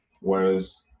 whereas